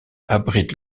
abrite